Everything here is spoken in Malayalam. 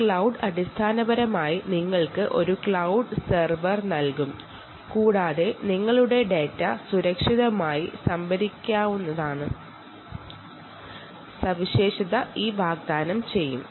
ഈ ക്ലൌഡ് നിങ്ങൾക്ക് ഒരു ക്ലൌഡ് സെർവർ നൽകും കൂടാതെ നിങ്ങളുടെ ഡാറ്റ സുരക്ഷിതമായി വെക്കാനുള്ള ഫീച്ചറും ഇത് നൽകുന്നു